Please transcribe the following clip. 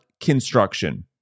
construction